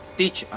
teach